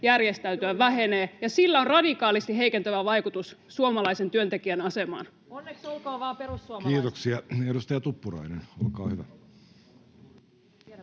järjestäytyä vähenee, ja sillä on radikaalisti heikentävä vaikutus suomalaisen työntekijän asemaan. [Li Andersson: Onneksi olkoon vaan, perussuomalaiset!] Kiitoksia. — Edustaja Tuppurainen, olkaa hyvä.